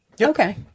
Okay